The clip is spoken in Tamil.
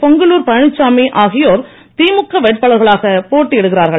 பொங்கலூர் பழனிச்சாமி ஆகியோர் திமுக வேட்பாளர்களாக போட்டியிடுகிறார்கள்